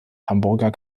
hamburger